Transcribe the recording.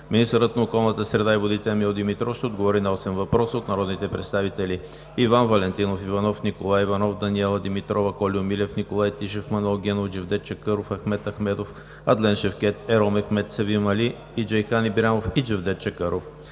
Министърът на околната среда и водите Емил Димитров ще отговори на осем въпроса от народните представители Иван Валентинов Иванов; Николай Иванов; Даниела Димитрова; Кольо Милев; Николай Тишев; Манол Генов; Джевдет Чакъров, Ахмед Ахмедов, Адлен Шевкед, Ерол Мехмед, Севим Али и Джейхан Ибрямов; и Джевдет Чакъров;